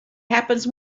happens